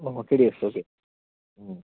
oh OTDS okay